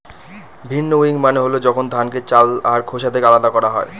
ভিন্নউইং মানে হল যখন ধানকে চাল আর খোসা থেকে আলাদা করা হয়